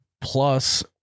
Plus